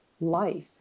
life